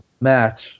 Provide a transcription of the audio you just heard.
match